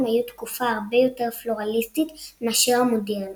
היו תקופה הרבה יותר פלורליסטית מאשר המודרנה.